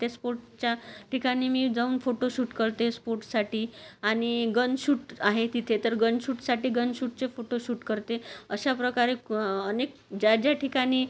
त्या स्पोर्टच्या ठिकाणी मी जाऊन फोटो शूट करते स्पोर्टसाठी आणि गन शूट आहे तिथे तर गन शूटसाठी गन शूटचे फोटो शूट करते अशा प्रकारे अनेक ज्याज्या ठिकाणी